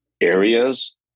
areas